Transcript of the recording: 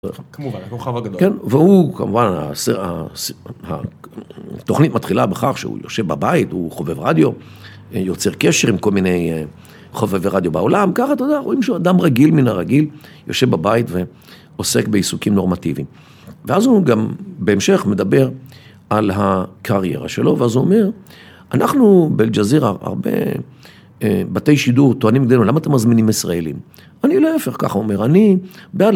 כמובן, הכוכב הגדול. והוא, כמובן... התוכנית מתחילה בכך שהוא יושב בבית, הוא חובב רדיו, יוצר קשר עם כל מיני חובבי רדיו בעולם, ככה אתה יודע, רואים שהוא אדם רגיל מן הרגיל, יושב בבית ועוסק בעיסוקים נורמטיביים. ואז הוא גם בהמשך מדבר על הקריירה שלו, ואז הוא אומר, אנחנו באלג'זירה הרבה בתי שידור טוענים אלינו, למה אתם מזמינים ישראלים? אני להפך, ככה אומר, אני...